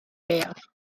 gaeaf